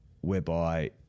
whereby